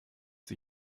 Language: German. sie